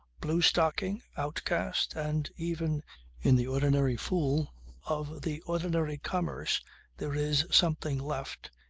blue-stocking, outcast and even in the ordinary fool of the ordinary commerce there is something left,